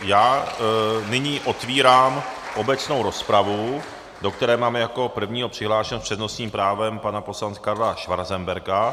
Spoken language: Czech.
Já nyní otvírám obecnou rozpravu, do které mám jako prvního přihlášeného s přednostním právem pana poslance Karla Schwarzenberga.